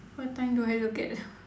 what time do I look at